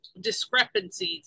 discrepancies